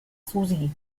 susi